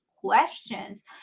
questions